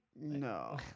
No